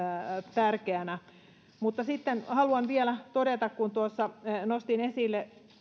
tärkeänä sitten haluan vielä todeta kun tuossa nostin esille